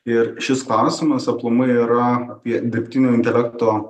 ir šis klausimas aplamai yra apie dirbtinio intelekto